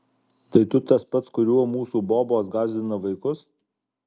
tai tu tas pats kuriuo mūsų bobos gąsdina vaikus